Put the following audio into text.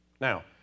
Now